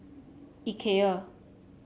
Ikea